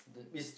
the the